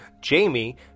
jamie